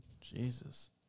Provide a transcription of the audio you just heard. Jesus